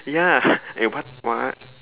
ya and you part what